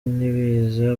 n’ibiza